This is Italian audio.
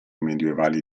medievali